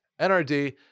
NRD